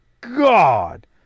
God